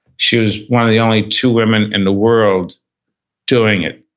she was one of the only two women in the world doing it